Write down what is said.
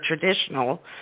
traditional